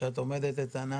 שאת עומדת איתנה,